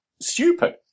stupid